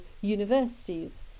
universities